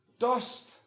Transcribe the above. dust